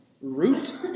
root